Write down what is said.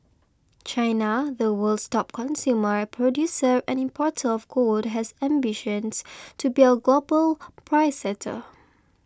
China the world's top consumer producer and importer of gold has ambitions to be a global price setter